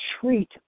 treat